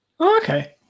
okay